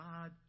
God